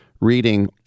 reading